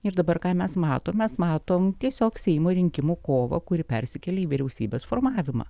ir dabar ką mes matom mes matom tiesiog seimo rinkimų kovą kuri persikėlė į vyriausybės formavimą